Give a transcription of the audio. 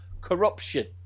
corruption